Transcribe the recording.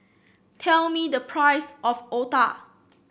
tell me the price of otah